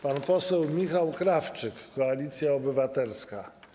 Pan poseł Michał Krawczyk, Koalicja Obywatelska.